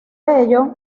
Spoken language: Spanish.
ello